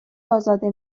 ازاده